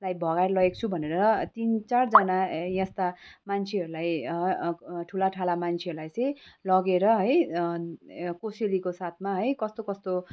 भगाएर लएको छु भनेर तिन चारजना यस्ता मान्छेहरूलाई ठुला ठाला मान्छेहरूलाई चाहिँ लगेर है कोसेलीको साथमा है कस्तो कस्तो